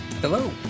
Hello